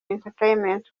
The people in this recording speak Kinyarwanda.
entertainment